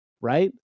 right